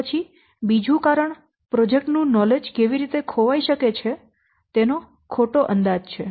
તે પછી બીજું કારણ પ્રોજેક્ટ નું નોલેજ કેવી રીતે ખોવાઈ શકે છે તેનો ખોટો અંદાજ છે